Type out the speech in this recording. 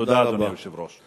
תודה, אדוני היושב-ראש.